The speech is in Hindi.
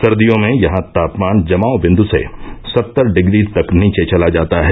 सर्दियों में यहां तापमान जमाव बिन्द से सत्तर डिग्री तक नीचे चला जाता है